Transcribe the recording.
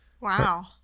Wow